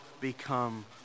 become